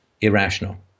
irrational